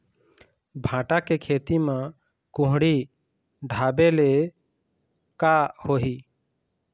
भांटा के खेती म कुहड़ी ढाबे ले का होही?